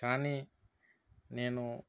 కానీ నేను